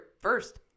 first